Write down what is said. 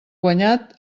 guanyat